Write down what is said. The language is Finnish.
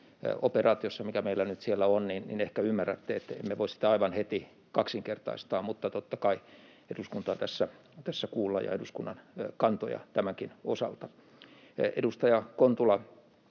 operaatiossa, mikä meillä nyt siellä on, niin ehkä ymmärrätte, että emme voi sitä aivan heti kaksinkertaistaa, mutta totta kai eduskuntaa ja eduskunnan kantoja tämänkin osalta tässä kuullaan. Edustaja Kontula